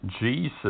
Jesus